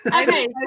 Okay